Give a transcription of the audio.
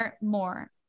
more